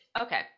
Okay